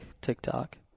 TikTok